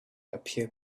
appear